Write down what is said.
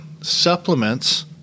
supplements